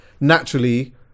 naturally